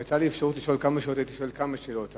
אם היתה לי אפשרות לשאול כמה שאלות הייתי שואל כמה שאלות,